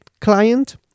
client